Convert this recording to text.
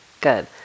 Good